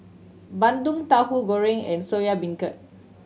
bandung Tauhu Goreng and Soya Beancurd